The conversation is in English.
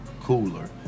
cooler